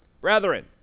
Brethren